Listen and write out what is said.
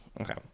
Okay